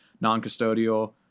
non-custodial